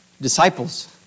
disciples